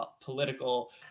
political